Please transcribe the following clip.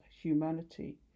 humanity